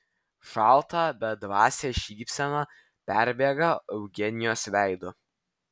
šalta bedvasė šypsena perbėga eugenijos veidu